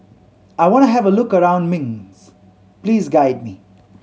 I want to have a look around Minsk please guide me